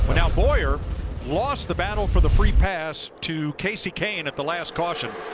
but now boyer lost the battle for the free pass to kasey kahne at the last caution.